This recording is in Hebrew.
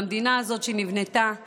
והמדינה הזאת שנבנתה בדם,